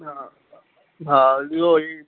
हा हा इहेई